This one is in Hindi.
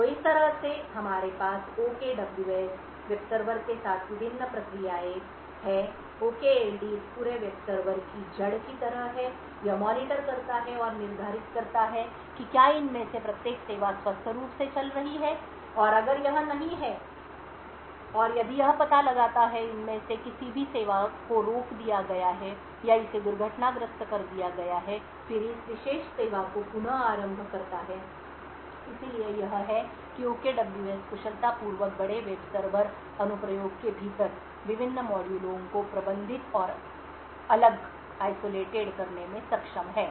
तो इस तरह से हमारे पास ओकेडब्ल्यूएस वेब सर्वर के साथ विभिन्न प्रक्रियाएं हैं ओकेएलडी इस पूरे वेब सर्वर की जड़ की तरह है यह मॉनिटर करता है और निर्धारित करता है कि क्या इनमें से प्रत्येक सेवा स्वस्थ रूप से चल रही है अगर यह नहीं है और यदि यह पता लगाता है इनमें से किसी भी सेवा को रोक दिया गया है या इसे दुर्घटनाग्रस्त कर दिया गया है फिर उस विशेष सेवा को पुनः आरंभ करता है इसलिए यह है कि OKWS कुशलतापूर्वक बड़े वेब सर्वर अनुप्रयोग के भीतर विभिन्न मॉड्यूल को प्रबंधित और अलग करने में सक्षम है